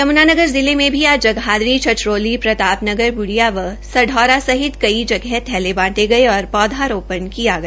यमुनानगर जिले में आज जगाधरी छछरौली प्रताप नगर बूपिया व सपोरा सहित कई जगह थैले बांटे गये और पौधारोपण किया गया